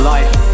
Life